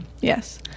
Yes